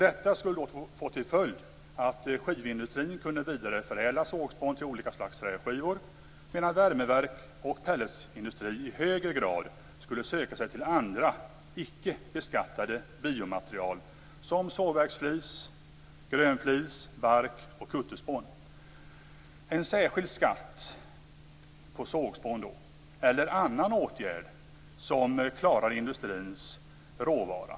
Detta skulle få till följd att skivindustrin kunde vidareförädla sågspån till olika slags träskivor, medan värmeverk och pelletsindustri i högre grad skulle söka sig till andra icke beskattade biomaterial som sågverksflis, grönflis, bark och kutterspån. En särskild skatt på sågspån är en annan åtgärd som klarar industrins råvara.